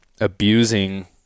abusing